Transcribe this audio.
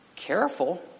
careful